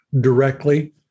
directly